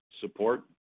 support